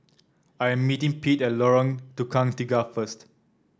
I am meeting Pete Lorong Tukang Tiga first